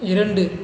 இரண்டு